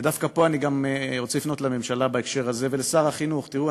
ודווקא פה אני גם רוצה לפנות לממשלה בהקשר הזה ולשר החינוך: תראו,